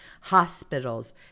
Hospitals